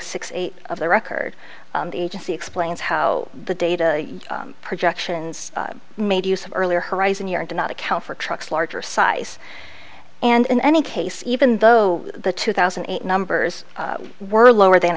six eight of the record the agency explains how the data projections made use of earlier horizon year and do not account for trucks larger size and in any case even though the two thousand and eight numbers were lower than